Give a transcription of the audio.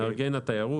מארגני התיירות,